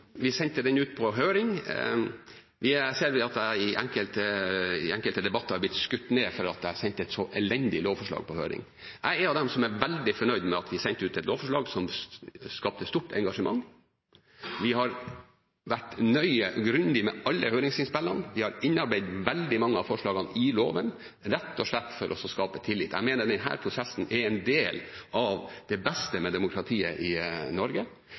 ut på høring. Jeg ser at jeg i enkelte debatter har blitt skutt ned fordi jeg sendte et så elendig lovforslag på høring. Jeg er av dem som er veldig fornøyd med at vi sendte ut et lovforslag som skapte stort engasjement. Vi har vært grundige med alle høringsinnspillene, vi har innarbeidet veldig mange av forslagene i loven – rett og slett for å skape tillit. Jeg mener at denne prosessen er en del av det beste med demokratiet i Norge.